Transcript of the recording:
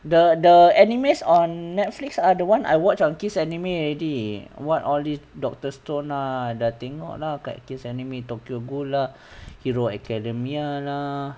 the the animes on netflix are the one I watch on kiss anime already what all these doctors stone lah dah tengok lah kat kiss anime tokyo ghoul lah hero academia lah